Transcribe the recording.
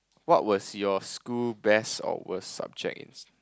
what was your school best or worst subject is